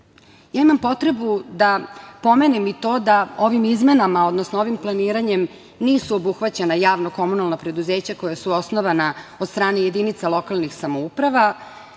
7%.Ja imam potrebu da pomenem i to da ovim izmenama, odnosno ovim planiranjem nisu obuhvaćena javna komunalna preduzeća koja su osnovna od strane jedinice lokalnih samouprava.